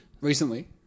recently